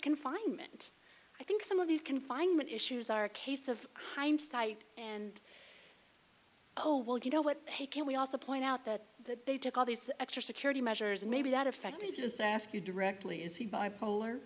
confinement i think some of these confinement issues are a case of hindsight and oh well you know what hey can we also point out that they took all these extra security measures maybe that affected you to say ask you directly is he bipolar